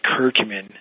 curcumin